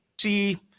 see